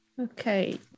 Okay